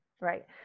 right